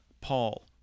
Paul